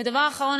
ודבר אחרון,